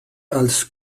als